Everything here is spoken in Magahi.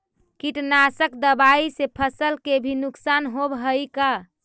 कीटनाशक दबाइ से फसल के भी नुकसान होब हई का?